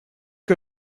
que